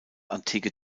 antike